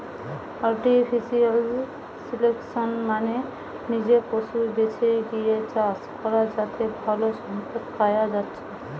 artificial selection মানে নিজে পশু বেছে লিয়ে চাষ করা যাতে ভালো সম্পদ পায়া যাচ্ছে